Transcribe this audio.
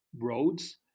roads